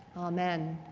amen.